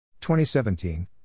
2017